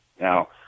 Now